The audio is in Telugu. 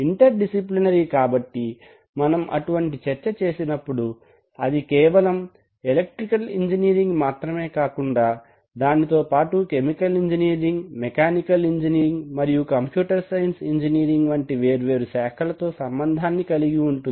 ఇంటర్ డిసిప్లినరీ కాబట్టి మనం అటువంటి చర్చ చేసినప్పుడు అది కేవలం ఎలక్ట్రికల్ ఇంజనీరింగ్ మాత్రమే కాకుండా దానితోపాటు కెమికల్ ఇంజనీరింగ్ మెకానికల్ ఇంజనీరింగ్ మరియు కంప్యూటర్ సైన్స్ ఇంజనీరింగ్ వంటి వేర్వేరు శాఖలతో సంబంధాన్ని కలిగి ఉంటుంది